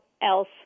else